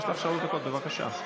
יש לך שלוש דקות, בבקשה.